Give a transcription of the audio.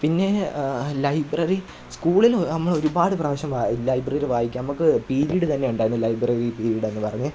പിന്നെ ലൈബ്രറി സ്കൂളിൽ ഒ അമ്മളൊരുപാട് പ്രാവശ്യം വായി ലൈബ്രറിയിൽ വായിക്കാം അമ്മക്ക് പീരീട് തന്നെയുണ്ടായിരുന്നു ലൈബ്രറി പിരീടെന്നു പറഞ്ഞ്